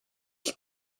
qui